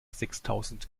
sechstausend